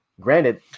Granted